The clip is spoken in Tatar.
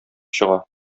чыга